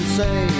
say